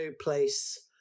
place